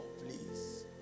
please